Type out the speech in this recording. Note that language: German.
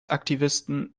aktivisten